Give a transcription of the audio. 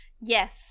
Yes